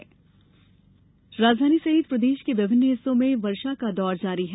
मौसम राजधानी सहित प्रदेश के विभिन्न हिस्सों में वर्षा का दौर जारी है